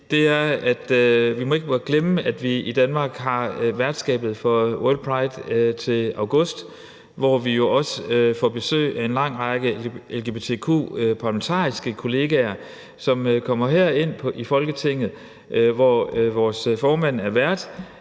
sige, er, at vi ikke må glemme, at vi i Danmark har værtskabet for World Pride til august, hvor vi jo også får besøg af en lang række lgbtq-parlamentariske kolleger, som kommer herind i Folketinget, hvor vores formand er vært,